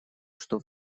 что